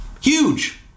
Huge